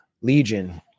Legion